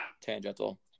Tangential